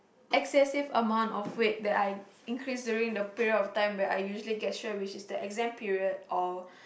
excessive amount of weight that I increase during the period of time when I usually get stressed which is the exam period or